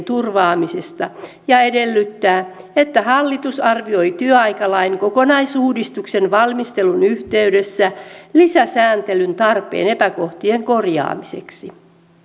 turvaamisesta ja edellyttää että hallitus arvioi työaikalain kokonaisuudistuksen valmistelun yhteydessä lisäsääntelyn tarpeen epäkohtien korjaamiseksi